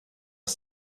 aus